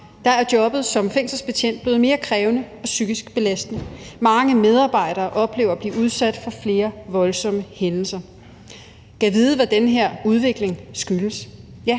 fra, er jobbet som fængselsbetjent blevet mere krævende og psykisk belastende. Mange medarbejdere oplever at blive udsat for flere voldsomme hændelser. Gad vide, hvad den her udvikling skyldes. Man